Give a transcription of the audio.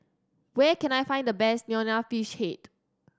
where can I find the best Nonya Fish Head